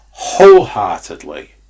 Wholeheartedly